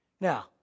Now